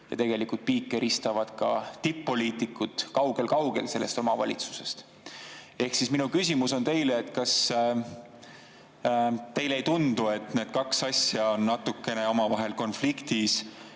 Tegelikult piike ristavad ka tipp-poliitikud kaugel sellest omavalitsusest. Minu küsimus teile on: kas teile ei tundu, et need kaks asja on natukene omavahel konfliktis?